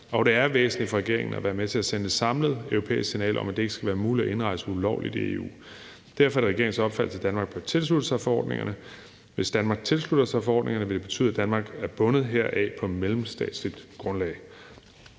og det er væsentligt for regeringen at være med til at sende et samlet europæisk signal om, at det ikke skal være muligt at indrejse ulovligt i EU. Derfor er det regeringens opfattelse, at Danmark bør tilslutte sig forordningerne. Hvis Danmark tilslutter sig forordningerne, vil det betyde, at Danmark er bundet heraf på mellemstatsligt grundlag.